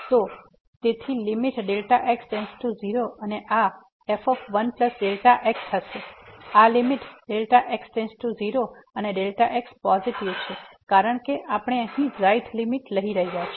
તેથી limit x→0 અને આ f 1 Δx હશે આ લીમીટ Δx → 0 અને x પોઝીટીવ છે કારણ કે આપણે અહીં રાઈટ લીમીટ લઈ રહ્યાં છે